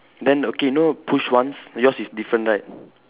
then okay know push once yours is different right